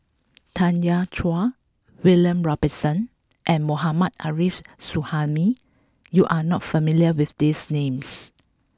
Tanya Chua William Robinson and Mohammad Arif Suhaimi you are not familiar with these names